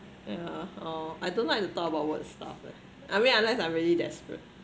yeah oh I don't like to talk about work stuff leh I mean unless I'm really desperate